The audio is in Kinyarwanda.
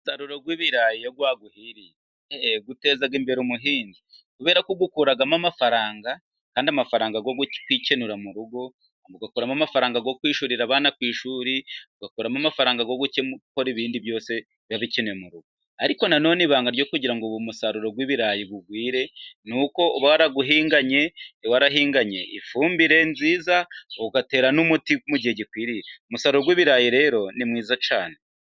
Umusaruro w'ibirayi iyo waguhiriye uteza imbere umuhinzi kubera ko awukuramo amafaranga, kandi amafaranga yo kwicyenura mu rugo, ugakuramo amafaranga yo kwishyurira abana ku ishuri, ugakuramo amafarnga yo gukora ibindi byose biba bicyenewe mu rugo, ariko nanone ibanga ryo kugira ngo uwo musaruro w'ibirayi ugwire ni uko uba warawuhinganye, warahinganye ifumbire nziza, ugatera n'umuti mu gihe gikwiriye, umusaruro w'ibirayi rero ni mwiza cyane.